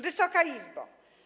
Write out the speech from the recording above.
Wysoka Izbo!